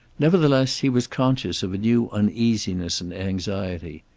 nevertheless he was conscious of a new uneasiness and anxiety.